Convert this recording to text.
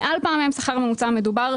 מעל פעמיים שכר ממוצע המדובר,